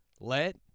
Let